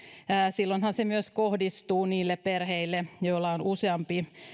silloinhan se kohdistuu myös niille perheille joilla on useampi